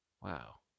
Wow